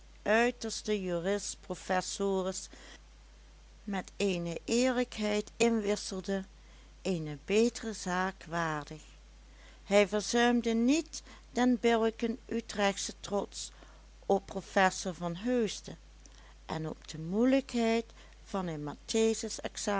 uitertsche juris professores met eene eerlijkheid inwisselde eene betere zaak waardig hij verzuimde niet den billijken utrechtschen trots op prof van heusde en op de moeilijkheid van een mathesis examen